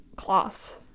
cloths